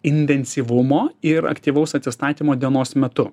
intensyvumo ir aktyvaus atsistatymo dienos metu